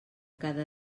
cada